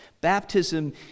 Baptism